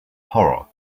horror